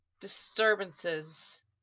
disturbances